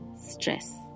Stress